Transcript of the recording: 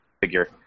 figure